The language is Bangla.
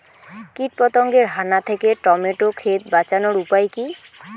কীটপতঙ্গের হানা থেকে টমেটো ক্ষেত বাঁচানোর উপায় কি?